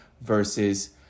versus